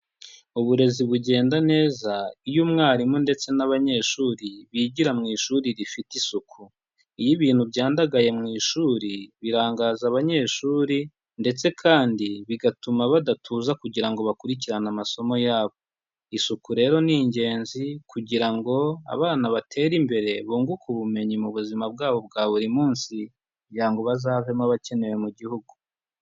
Uburezi bugenda neza iyo umwarimu ndetse n'abanyeshuri bigira mu ishuri rifite isuku, iyo ibintu byandagaye mu ishuri birangaza abanyeshuri ndetse kandi bigatuma badatuza kugira ngo bakurikirane amasomo yabo, isuku rero ni ingenzi kugira ngo abana batere imbere bunguke ubumenyi mu buzima bwabo bwa buri munsi, kugira ngo bazavemo abakenewe mu gihugu.